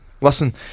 Listen